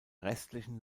restlichen